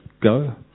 go